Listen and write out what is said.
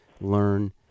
learn